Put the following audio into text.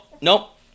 nope